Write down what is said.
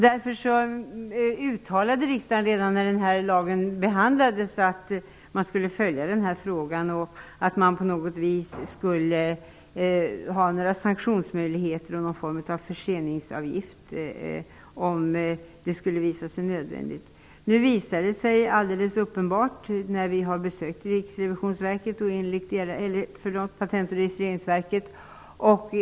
Därför uttalade riksdagen redan när lagförslaget behandlades att man skulle följa frågan och att det skulle finnas sanktionsmöjligheter, t.ex. någon form av förseningsavgift, om det skulle visa sig nödvändigt. Vi har besökt Patent och registreringsverket.